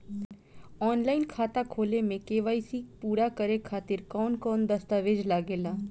Online खाता खोले में के.वाइ.सी पूरा करे खातिर कवन कवन दस्तावेज लागे ला?